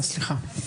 בבקשה.